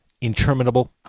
interminable